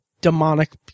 demonic